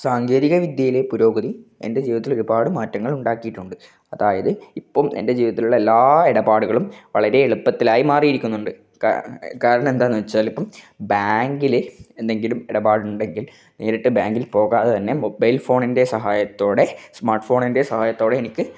സാങ്കേതിക വിദ്യയിലെ പുരോഗതി എന്റെ ജീവിതത്തിൽ ഒരുപാട് മാറ്റങ്ങള് ഉണ്ടാക്കിയിട്ടുണ്ട് അതായത് ഇപ്പം എന്റെ ജീവിതത്തിലുള്ള എല്ലാ ഇടപാടുകളും വളരെ എളുപ്പത്തിലായി മാറിയിരിക്കുന്നുണ്ട് കാ കാരണം എന്താന്നുവെച്ചാലിപ്പം ബാങ്കിൽ എന്തെങ്കിലും ഇടപാടുണ്ടെങ്കിൽ നേരിട്ട് ബാങ്കില് പോകാതെ തന്നെ മൊബൈല് ഫോണിന്റെ സഹായത്തോടെ സ്മാര്ട്ട് ഫോണിന്റെ സഹായത്തോടെ എനിക്ക് ചെയ്യാന് സാധിക്കും